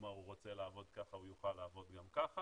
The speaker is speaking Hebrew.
מה הוא רוצה לעבוד ככה הוא יוכל לעבוד גם ככה,